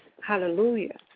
Hallelujah